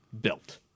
built